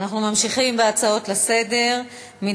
אנחנו ממשיכים בהצעות לסדר-היום.